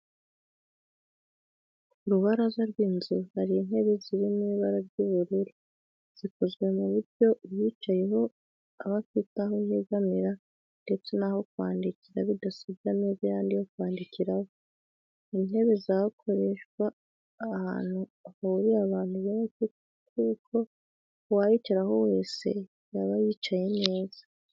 Ku rubaraza rw'inzu hari intebe ziri mu ibara ry'ubururu zikozwe ku buryo uyicayeho aba afite aho yegamira ndetse n'aho kwandikira bidasabye ameza yandi yo kwandikiraho. Ni intebe zakoreshwa ahantu hahuriye abantu benshi kuko uwayicaraho wese yaba yicaye neza